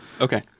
Okay